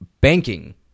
banking